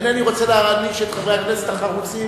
אינני רוצה להעניש את חברי הכנסת החרוצים,